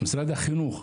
משרד החינוך,